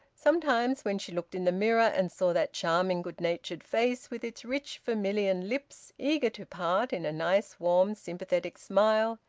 sometimes, when she looked in the mirror, and saw that charming, good-natured face with its rich vermilion lips eager to part in a nice, warm, sympathetic smile,